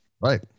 Right